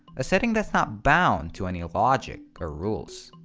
a setting that's not bound to any logic or rules.